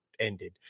ended